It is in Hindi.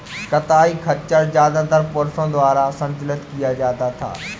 कताई खच्चर ज्यादातर पुरुषों द्वारा संचालित किया जाता था